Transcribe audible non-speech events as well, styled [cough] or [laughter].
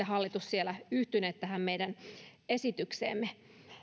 [unintelligible] hallitus siellä yhtyneet tähän meidän esitykseemme